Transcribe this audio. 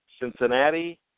Cincinnati